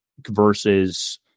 versus